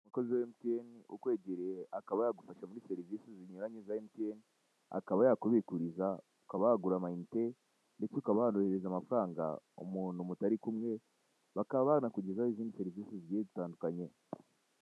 Umukozi wa Emutiyeni ukwegereye akaba yagufasha muri serivisi zinyuranye za Emutiyeni akaba yakubikuriza, ukanagura amayinitendetse ukanoherereza amafaranga umuntu mutari kumwe bakaba banakugezaho izindi serivisi zitandukanye.